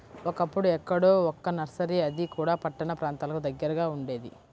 ఒకప్పుడు ఎక్కడో ఒక్క నర్సరీ అది కూడా పట్టణ ప్రాంతాలకు దగ్గరగా ఉండేది